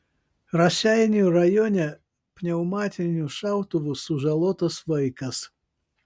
raseinių rajone pneumatiniu šautuvu sužalotas vaikas